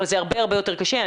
זה הרבה יותר קשה.